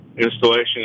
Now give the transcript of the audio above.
Installation